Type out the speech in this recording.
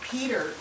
Peter